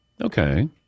Okay